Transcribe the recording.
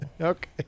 Okay